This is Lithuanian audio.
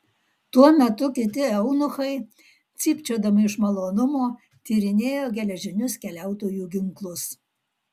tuo metu kiti eunuchai cypčiodami iš malonumo tyrinėjo geležinius keliautojų ginklus